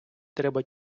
треба